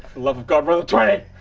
love of god roll a twenty